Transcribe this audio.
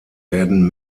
werden